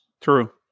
True